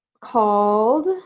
called